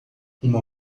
uma